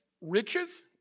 riches